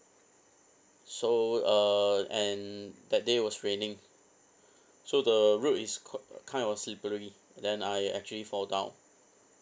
so uh and that day was raining so the road is quite kind of slippery then I actually fall down